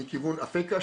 מכיוון אפקה,